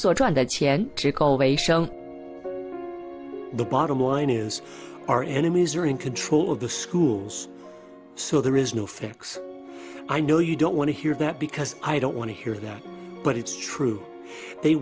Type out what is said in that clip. call the bottom line is our enemies are in control of the schools so there is no fix i know you don't want to hear that because i don't want to hear that but it's true they